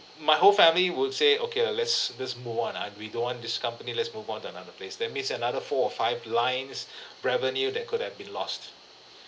my whole family would say okay lah let's just move on ah we don't want this company let's move on to another place that means another four or five lines revenue that could have been lost